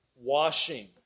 Washing